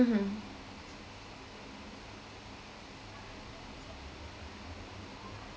mmhmm